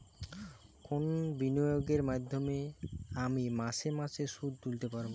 কোন বিনিয়োগের মাধ্যমে আমি মাসে মাসে সুদ তুলতে পারবো?